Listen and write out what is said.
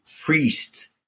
priest